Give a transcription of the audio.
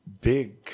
big